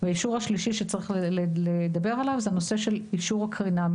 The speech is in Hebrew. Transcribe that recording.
והאישור השלישי שצריך לדבר עליו זה הנושא של אישור הקרינה,